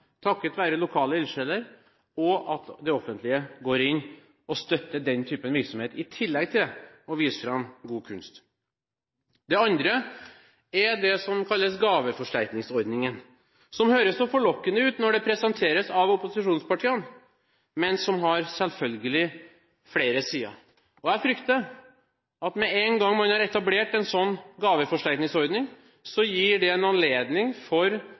takket være lokale ildsjeler og at det offentlige går inn og støtter den typen virksomhet – i tillegg til å vise fram god kunst. Det andre er det som kalles gaveforsterkningsordningen, som høres så forlokkende ut når det presenteres av opposisjonspartiene, men som selvfølgelig har flere sider. Jeg frykter at med en gang man har etablert en slik gaveforsterkningsordning, så gir det anledning for